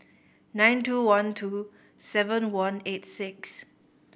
nine two one two seven one eight six